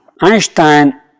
Einstein